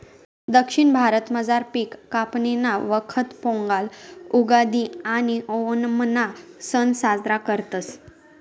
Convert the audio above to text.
दक्षिण भारतामझार पिक कापणीना वखत पोंगल, उगादि आणि आओणमना सण साजरा करतस